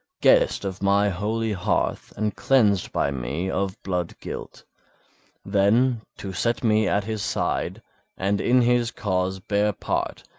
guest of my holy hearth and cleansed by me of blood-guilt then, to set me at his side and in his cause bear part,